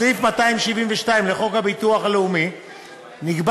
בסעיף 272 לחוק הביטוח הלאומי נקבע